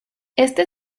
este